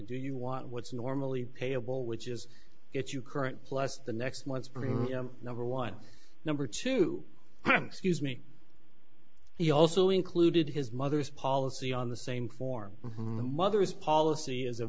do you want what's normally payable which is it you current plus the next month's premium number one number two scuse me he also included his mother's policy on the same form the mother's policy is a